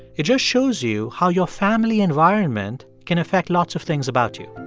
it just shows you how your family environment can affect lots of things about you